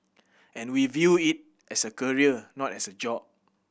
and we view it as a career not as a job